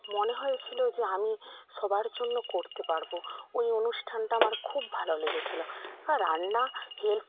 মনে হয়েছিলো যে আমি সবার জন্য করতে পারবো ওই অনুষ্ঠানটা আমার খুব ভালো লেগেছিলো আর রান্না হেল্প